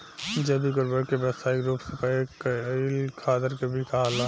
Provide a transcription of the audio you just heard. जैविक उर्वरक के व्यावसायिक रूप से पैक कईल खादर के भी कहाला